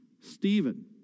Stephen